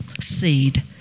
seed